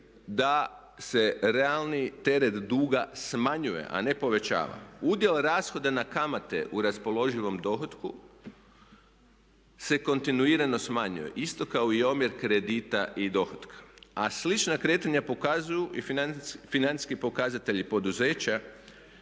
da se realni teret duga smanjuje, a ne povećava. Udjel rashoda na kamate u raspoloživom dohotku se kontinuirano smanjuje isto kao i omjer kredita i dohotka. A slična kretanja pokazuju i financijski pokazatelji poduzeća